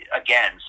again